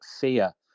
fear